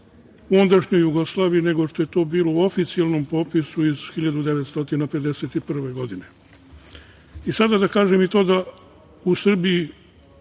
u ondašnjoj Jugoslaviji nego što je to bilo u oficijalnom popisu iz 1951. godine. Sada da kažem i to da u Srbiji